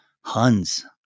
Huns